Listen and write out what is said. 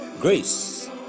grace